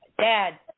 dad